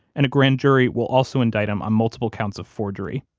and a grand jury will also indict him on multiple counts of forgery.